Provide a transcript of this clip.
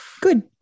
Good